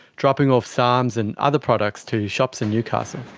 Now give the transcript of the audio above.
dropping off sarms and other products to shops in newcastle.